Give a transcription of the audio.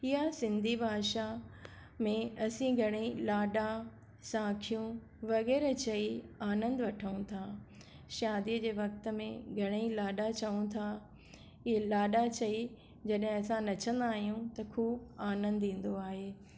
इहा सिंधी भाषा में असीं घणेई लाॾा साखियूं वग़ैरह चई आनंदु वठूं था शादीअ जे वक़्ति में घणेई लाॾा चवनि था इहा लाॾा चई जॾहिं असां नचंदा आहियूं त ख़ूब आनंदु ईंदो आहे